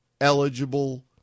eligible